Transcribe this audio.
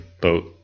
boat